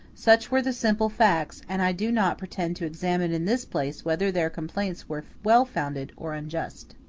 such were the simple facts, and i do not pretend to examine in this place whether their complaints were well founded or unjust.